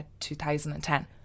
2010